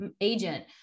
agent